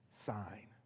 sign